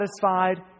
satisfied